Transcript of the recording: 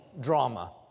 drama